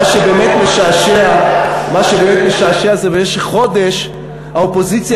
מה שבאמת משעשע זה שבמשך חודש האופוזיציה